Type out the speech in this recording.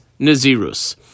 Nazirus